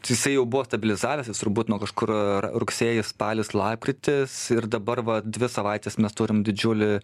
jisai jau buvo stabilizavęsis turbūt nuo kažkur rugsėjis spalis lapkritis ir dabar va dvi savaites mes turim didžiulį